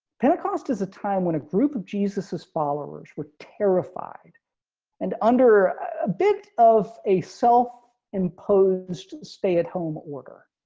pentecost is a time when group of jesus's followers were terrified and under a bit of a self imposed stay at home order.